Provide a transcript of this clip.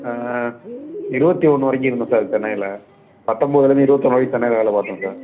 இருபத்தி ஒன்று வரைக்கும் இருந்தேன் சார் சென்னையில் பத்தொன்போதுலேருந்து இருவத்தொன்று வரையும் சென்னையில் வேலை பார்த்தேன் சார்